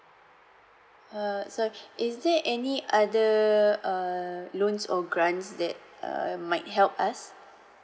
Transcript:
uh so is there any other err loans or grants that err might help us